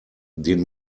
den